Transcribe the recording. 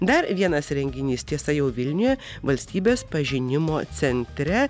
dar vienas renginys tiesa jau vilniuje valstybės pažinimo centre